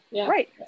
Right